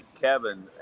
Kevin